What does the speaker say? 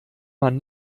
man